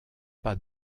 pas